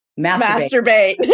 masturbate